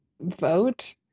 vote